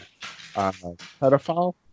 pedophile